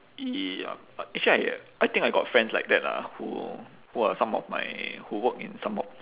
ya but actually I I think I got friends like that lah who who are some of my who work in some of